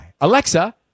Alexa